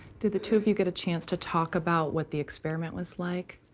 did the two of you get a chance to talk about what the experiment was like?